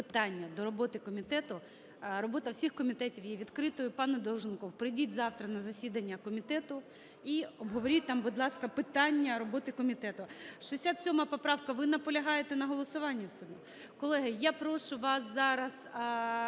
питання до роботи комітету, робота всіх комітетів є відкритою. Пане Долженков, прийдіть завтра на засідання комітету і обговоріть там, будь ласка, питання роботи комітету. 67 поправка, ви наполягаєте на голосуванні все одно? Колеги, я прошу вас зараз